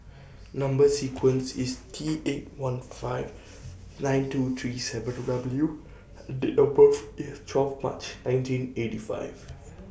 Number sequence IS T eight one five nine two three seven W and Date of birth IS twelve March nineteen eighty five